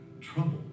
trouble